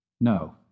No